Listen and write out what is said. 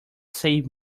save